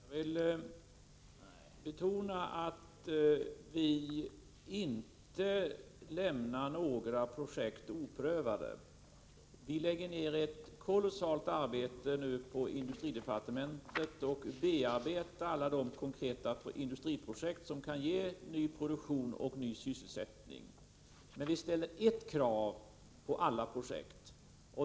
Herr talman! Jag vill betona att vi inte lämnar några projekt oprövade. På industridepartementet lägger vi nu ned ett kolossalt arbete för att gå igenom alla de konkreta industriprojekt som kan ge ny produktion och sysselsätt ning. Men viställer ett krav på alla projekt.